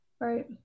Right